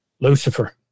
Lucifer